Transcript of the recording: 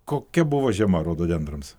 kokia buvo žema rododendrams